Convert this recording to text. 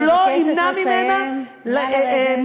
הוא לא ימנע ממנה להתקיים.